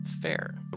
fair